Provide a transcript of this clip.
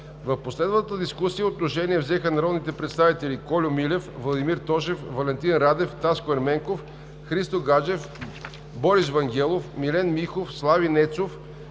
В последвалата дискусия отношение взеха народните представители Кольо Милев, Владимир Тошев, Валентин Радев, Таско Ерменков, Христо Гаджев, Борис Вангелов, Милен Михов, Слави Нецов,